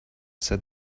said